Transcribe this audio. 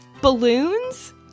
Balloons